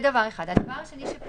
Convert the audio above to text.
הדבר השני,